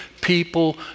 people